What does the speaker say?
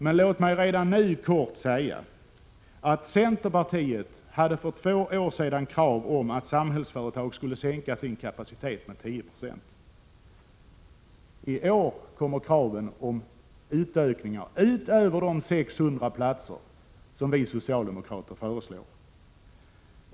Men låt mig här säga, att centerpartiet för två år sedan framförde krav på att Samhällsföretag skulle sänka sin kapacitet med 10 90.1 år kommer krav på utökning, utöver de 600 platser som vi socialdemokrater föreslår.